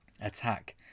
attack